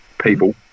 people